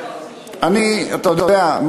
אתה יודע,